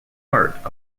part